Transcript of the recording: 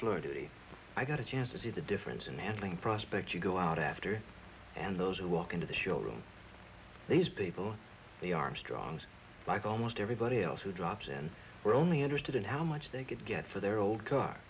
flirty i got a chance to see the difference in handling prospects you go out after and those who walk into the showroom these people the armstrongs like almost everybody else who drops in were only interested in how much they could get for their old car